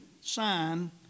sign